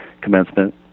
commencement